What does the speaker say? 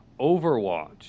Overwatch